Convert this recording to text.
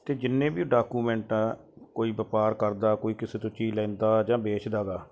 ਅਤੇ ਜਿੰਨੇ ਵੀ ਡਾਕੂਮੈਂਟ ਆ ਕੋਈ ਵਪਾਰ ਕਰਦਾ ਕੋਈ ਕਿਸੇ ਤੋਂ ਚੀਜ਼ ਲੈਂਦਾ ਜਾਂ ਵੇਚਦਾ ਗਾ